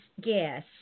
guess